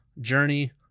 Journey